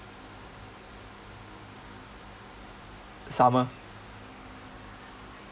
some uh